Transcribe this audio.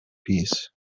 peace